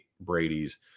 Brady's